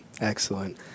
Excellent